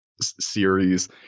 series